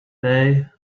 day